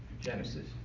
Genesis